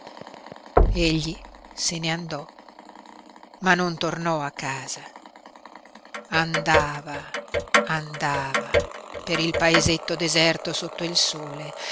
se ne andò ma non tornò a casa andava andava per il paesetto deserto sotto il sole